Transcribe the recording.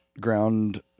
ground